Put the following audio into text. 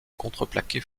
contreplaqué